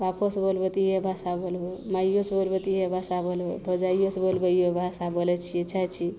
बापोसे बोलबै तऽ इएह भाषा बोलबै माइओसे बोलबै तऽ इएह भाषा बोलबै भौजाइओ से बोलबै इएह भाषा बोलै छिए छै छी